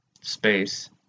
space